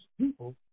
people